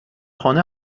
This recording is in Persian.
خانه